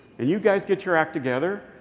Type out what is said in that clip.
and you guys get your act together.